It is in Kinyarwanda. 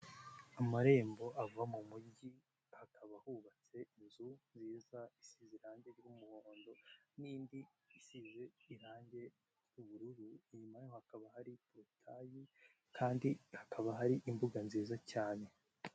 Amarembo ava mu mugi, hakaba hubatse inzu nziza isize irange ry'umuhondo n'indi isize irange ry'ubururu. Inyuma hakaba hari porutayi kandi hakaba hari imbuga nziza cyane.